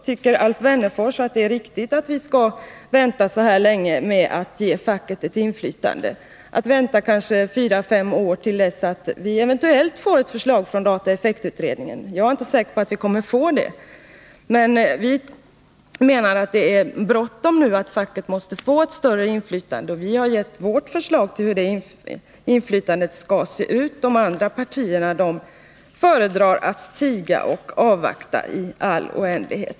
Anser Alf Wennerfors att det är riktigt att vi skall vänta så länge med att ge facket ett inflytande — att vi skall vänta kanske fyra eller fem år på att få ett förslag från dataeffektutredningen? Jag är inte säker på att vi kommer att få det. Vi menar att det är bråttom. Facket måste få ett större inflytande, och vi har lämnat vårt förslag till hur det inflytandet skall vara utformat. De andra partierna föredrar att tiga och avvakta i all oändlighet.